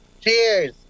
Cheers